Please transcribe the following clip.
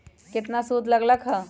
केतना सूद लग लक ह?